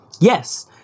yes